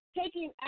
taking